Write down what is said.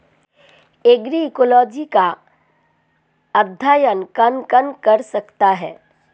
Agroecology का अध्ययन कौन कौन कर सकता है?